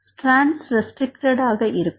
strands restrict ஆக இருக்கும்